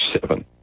seven